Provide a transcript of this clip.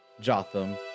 Jotham